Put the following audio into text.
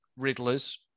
Riddlers